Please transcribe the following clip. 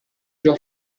già